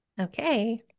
Okay